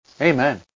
Amen